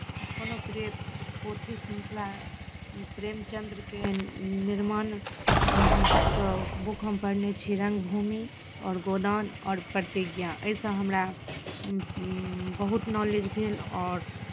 कोनो प्रिय पोथी श्रृङ्खला प्रेमचन्द्रके निर्माणके बुक हम पढ़ने छी रङ्गभूमि आओर गोदान आओर प्रतिज्ञा एहिसँ हमरा बहुत नॉलेज भेल आओर